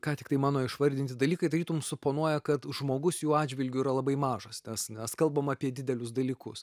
ką tiktai mano išvardinti dalykai tarytum suponuoja kad žmogus jų atžvilgiu yra labai mažas nes nes kalbam apie didelius dalykus